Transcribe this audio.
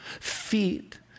feet